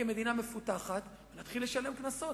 כמדינה מפותחת ונתחיל לשלם קנסות,